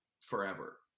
forever